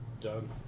Done